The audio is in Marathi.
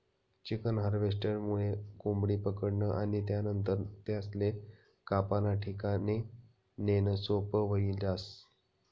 चिकन हार्वेस्टरमुये कोंबडी पकडनं आणि त्यानंतर त्यासले कापाना ठिकाणे नेणं सोपं व्हयी जास